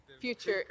future